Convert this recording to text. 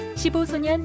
15소년